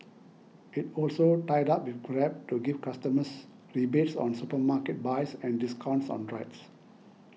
it also tied up with Grab to give customers rebates on supermarket buys and discounts on rides